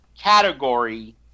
category